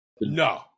No